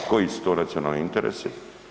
Koji su to nacionalni interesi?